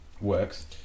works